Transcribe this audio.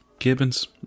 Gibbons